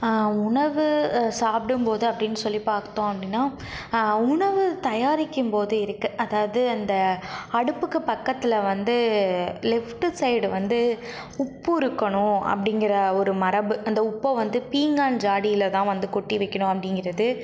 உணவு சாப்பிடும்போது அப்படினு சொல்லி பார்த்தோம் அப்படினா உணவு தயாரிக்கும் போது இருக்கு அதாவது அந்த அடுப்புக்கு பக்கத்தில் வந்து லெஃப்ட்டு சைடு வந்து உப்பு இருக்கணும் அப்படிங்கிற ஒரு மரபு அந்த உப்பை வந்து பீங்கான் ஜாடியில் தான் வந்து கொட்டி வைக்கணும் அப்படிங்கிறது